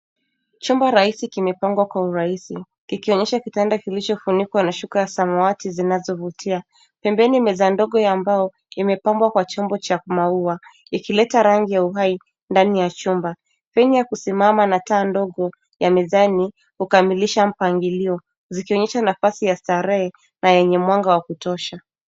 Chumba rahisi kimepangwa kwa urahisi, kikionyesha kitanda kilichofunikwa na shuka samawati zinazovutia. Pembeni meza ndogo ya mbao imepambwa kwa chombo cha maua ikileta rangi ya uhai ndani ya chumba. Feni ya kusimama na taa ndogo ya mezani kukamilisha mpangilio, zikionyesha nafasi ya starehe na yenye mwanga wa kutosha.